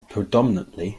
predominantly